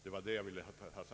Det var det jag ville ha sagt.